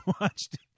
watched